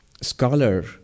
scholar